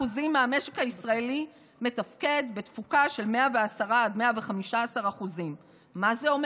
מהמשק הישראלי מתפקד בתפוקה של 110% עד 115%. מה זה אומר?